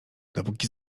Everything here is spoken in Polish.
dopóki